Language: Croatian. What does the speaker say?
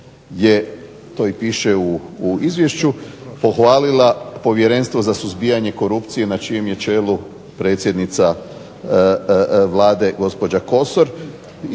to i piše u izvješću,